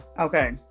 Okay